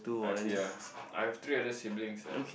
I have ya I have three other siblings sia